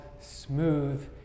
smooth